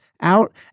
out